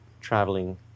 traveling